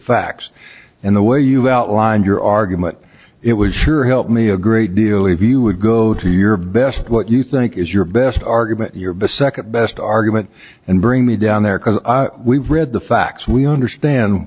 facts and the way you outlined your argument it was sure helped me a great deal if you would go to your best what you think is your best argument your best second best argument and bring me down there we read the facts we understand